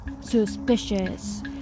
suspicious